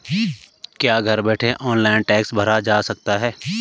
क्या घर बैठे ऑनलाइन टैक्स भरा जा सकता है?